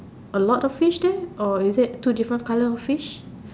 a lot of fish there or is it two different colour of fish